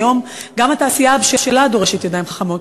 היום גם התעשייה הבשלה דורשת ידיים חכמות.